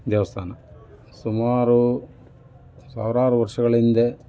ದೇವಸ್ತಾನ ಸುಮಾರು ಸಾವಿರಾರು ವರ್ಷಗಳಿಂದೆ